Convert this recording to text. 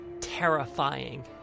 terrifying